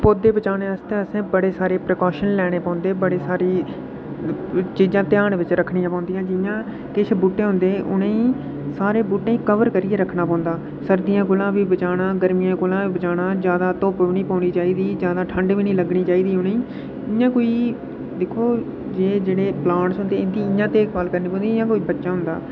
पौधे बचाने आस्तै असें बड़े सारे प्रिकाशन लैंने पौंदे बड़ी सारी चीजां ध्यान बिच्च रक्खनी पौंदियां जि'यां किश बूह्टे होंदे उ'नें ई सारे बूह्टें गी कवर करियै रक्खना पौंदा सर्दियें कोला बी बचाना गर्मियें कोला बी बचाना जैदा धुप्प बी नेईं पौंनी चाहिदी जैदा ठंड बी नेईं लग्गनी चाहिदी उ'नें ई इ'यां कोई दिक्खो जे जेह्ड़े प्लांटस होंदे इंदी इ'यां देख भाल करनी पौंदी जि'यां कोई बच्चा होंदा